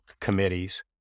committees